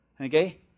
Okay